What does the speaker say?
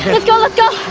let's go let's go!